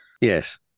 Yes